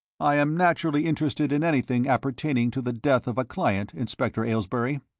i am naturally interested in anything appertaining to the death of a client, inspector aylesbury.